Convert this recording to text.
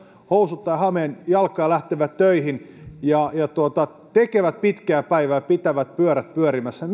housut tai hameen päälle ja lähtevät töihin ja ja tekevät pitkää päivää ja pitävät pyörät pyörimässä